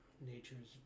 natures